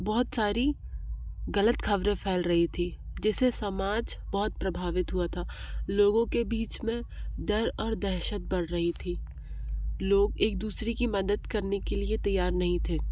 बहुत सारी गलत खबरें फैल रही थी जिससे समाज बहुत प्रभावित हुआ था लोगों के बीच में डर और दहशत बढ़ रही थी लोग एक दूसरे की मदद करने के लिए तैयार नहीं थे